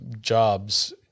jobs